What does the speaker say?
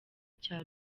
cya